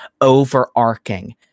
overarching